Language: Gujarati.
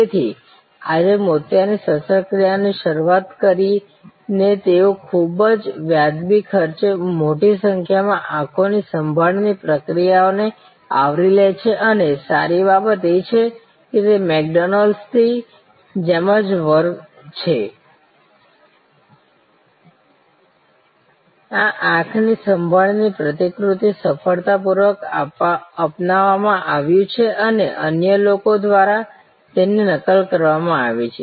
તેથી આજે મોતિયાની શસ્ત્રક્રિયાથી શરૂ કરીને તેઓ ખૂબ જ વાજબી ખર્ચે મોટી સંખ્યામાં આંખની સંભાળની પ્રક્રિયાઓને આવરી લે છે અને સારી બાબત એ છે કે તે મેકડોનાલ્ડ્સની જેમ જ છે આ આંખની સંભાળની પ્રતિકૃતિ સફળતાપૂર્વક અપનાવવામાં આવ્યું છે અને અન્ય લોકો દ્વારા તેની નકલ કરવામાં આવી છે